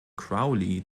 crowley